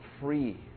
free